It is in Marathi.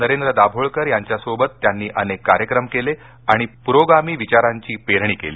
नरेंद्र दाभोळकर यांच्यासोबत त्यांनी अनेक कार्यक्रम केले आणि प्रोगामी विचारांची पेरणी केली